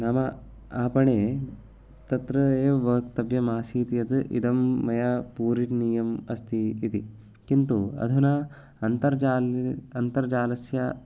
नाम आपणे तत्र एव वक्तव्यम् आसीत् यद् इदं मया पूरणीयम् अस्ति इति किन्तु अधुना अन्तर्जालम् अन्तर्जालस्य